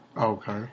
Okay